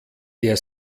der